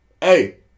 hey